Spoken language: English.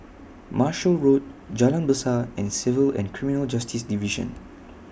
Marshall Road Jalan Besar and Civil and Criminal Justice Division